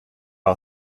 are